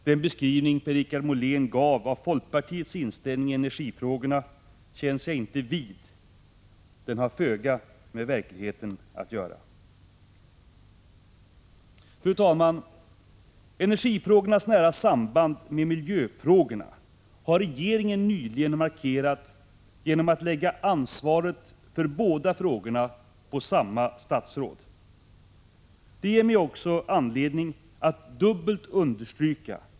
Den beskrivning Per-Richard Molén gav av folkpartiets inställning i energifrågorna känns jag inte vid. Den har föga med verkligheten att göra. Fru talman! Energifrågornas nära samband med miljöfrågorna har regeringen nyligen markerat genom att lägga ansvaret för båda frågorna på samma statsråd. Det ger mig också anledning att dubbelt understryka, att vii — Prot.